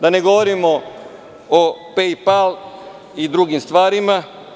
Da ne govorimo o pejpal i drugih stvarima.